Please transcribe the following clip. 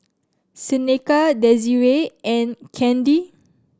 Seneca Desirae and Kandy